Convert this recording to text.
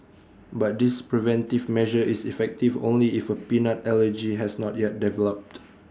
but this preventive measure is effective only if A peanut allergy has not yet developed